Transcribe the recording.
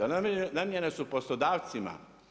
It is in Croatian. Namijenjena su poslodavcima.